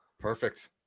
Perfect